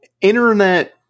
internet